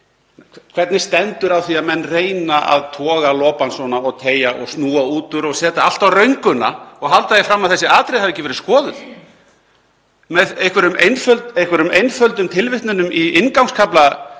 Hvernig stendur á því að menn reyna að toga lopann svona og teygja og snúa út úr og setja allt á rönguna og halda því fram að þessi atriði hafi ekki verið skoðuð með einhverjum einföldum tilvitnunum í inngangskafla